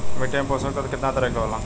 मिट्टी में पोषक तत्व कितना तरह के होला?